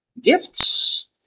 gifts